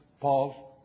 paul